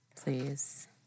please